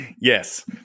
Yes